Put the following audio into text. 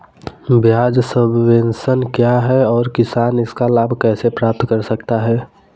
ब्याज सबवेंशन क्या है और किसान इसका लाभ कैसे प्राप्त कर सकता है?